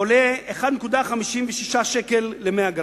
עולה 1.56 שקל ל-100 גרם.